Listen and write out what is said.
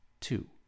two